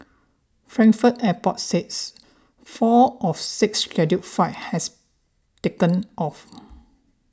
frankfurt airport said four of six scheduled flights has taken off